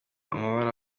amabara